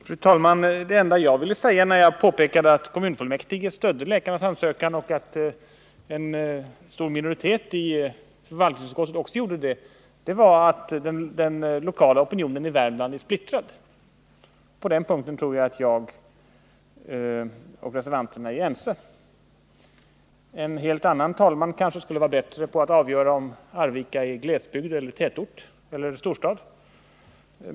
Fru talman! Vad jag ville säga genom att påpeka att kommunfullmäktige stödde läkarnas ansökan och att en stor minoritet i förvaltningsutskottet också gjorde det var att den lokala opinionen i Värmland är splittrad. På den punkten tror jag att jag och reservanterna är ense. En annan talman kanske bättre skulle kunna avgöra om Arvika är glesbygd, tätort eller storstad.